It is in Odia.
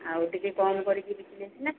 ଆଉ ଟିକେ କମ୍ କରିକି ବିକିଲେ ସିନା